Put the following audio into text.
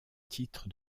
titre